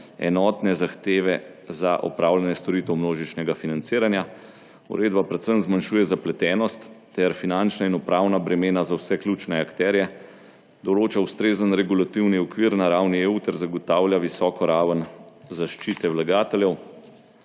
enotne zahteve za opravljanje storitev množičnega financiranja. Uredba predvsem zmanjšuje zapletenost ter finančna in upravna bremena za vse ključne akterje, določa ustrezen regulativni okvir na ravni EU ter zagotavlja visoko raven zaščite vlagateljev.